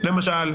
למשל.